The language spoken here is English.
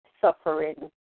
suffering